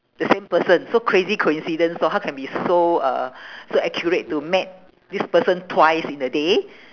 the same person so crazy coincidence lor how can be so uh so accurate to met this person twice in a day